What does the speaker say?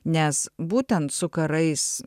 nes būtent su karais